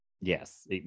Yes